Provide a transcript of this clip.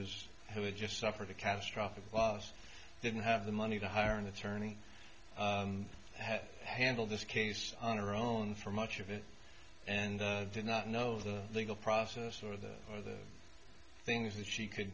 is who just suffered a catastrophic loss didn't have the money to hire an attorney had handled this case on her own for much of it and did not know the legal process or that are the things that she could